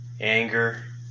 anger